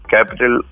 Capital